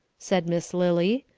said miss lily.